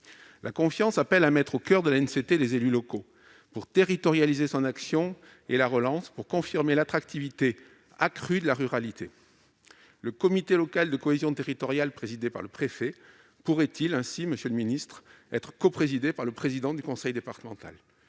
La confiance appelle à mettre au coeur de l'ANCT les élus locaux, pour territorialiser son action et la relance, ainsi que pour confirmer l'attractivité accrue de la ruralité. Le comité local de cohésion territoriale présidé par le préfet pourrait-il ainsi, monsieur le secrétaire d'État, être coprésidé par le président du conseil départemental ?